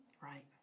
Right